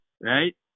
right